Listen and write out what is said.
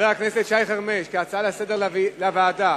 כהצעה לסדר-היום שתועבר לוועדה.